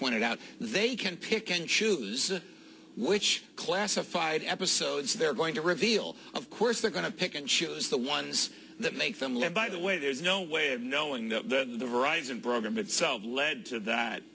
pointed out they can pick and choose which classified episodes they're going to reveal of course they're going to pick and choose the ones that make them live by the way there's no way of knowing the arrives in program itself led to that